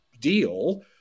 deal